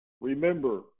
remember